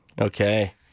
Okay